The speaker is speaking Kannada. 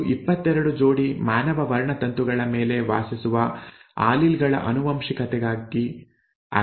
ಇದು 22 ಜೋಡಿ ಮಾನವ ವರ್ಣತಂತುಗಳ ಮೇಲೆ ವಾಸಿಸುವ ಆಲೀಲ್ ಗಳ ಆನುವಂಶಿಕತೆಗಾಗಿ ಆಗಿದೆ